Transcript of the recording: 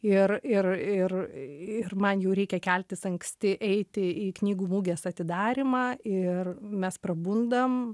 ir ir ir ir man jau reikia keltis anksti eiti į knygų mugės atidarymą ir mes prabundam